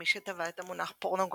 כמי שטבע את המונח "פורנוגרף"